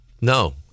No